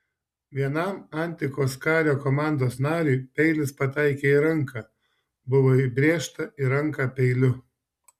vienam antikos kario komandos nariui peilis pataikė į ranką buvo įbrėžta į ranką peiliu